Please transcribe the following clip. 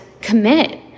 commit